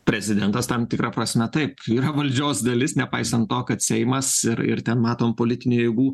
prezidentas tam tikra prasme taip yra valdžios dalis nepaisant to kad seimas ir ir ten matome politinių jėgų